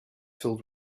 filled